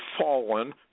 fallen